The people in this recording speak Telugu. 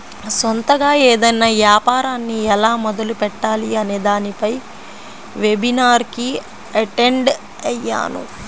సొంతగా ఏదైనా యాపారాన్ని ఎలా మొదలుపెట్టాలి అనే దానిపై వెబినార్ కి అటెండ్ అయ్యాను